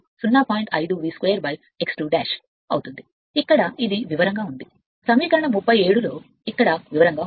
5 V 2x 2 ఇక్కడ ఇది వివరంగా ఉంది c సమీకరణం 37 ఇక్కడే వివరంగా ఉంది